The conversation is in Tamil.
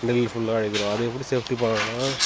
நெல் ஃபுல்லாக அழுகிவிடும் அது எப்படி சேஃப்ட்டி பண்ணணும்னால்